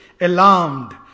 alarmed